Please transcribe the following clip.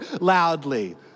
loudly